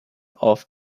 off